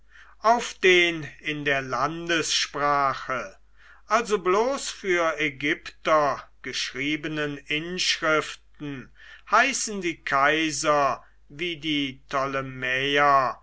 auf den in der landessprache also bloß für ägypter geschriebenen inschriften heißen die kaiser wie die